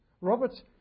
Robert